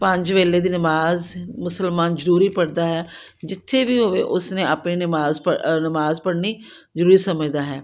ਪੰਜ ਵੇਲੇ ਦੀ ਨਮਾਜ਼ ਮੁਸਲਮਾਨ ਜ਼ਰੂਰੀ ਪੜ੍ਹਦਾ ਹੈ ਜਿੱਥੇ ਵੀ ਹੋਵੇ ਉਸਨੇ ਆਪਣੇ ਨਮਾਜ਼ ਪ ਨਮਾਜ਼ ਪੜ੍ਹਨੀ ਜ਼ਰੂਰੀ ਸਮਝਦਾ ਹੈ